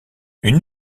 une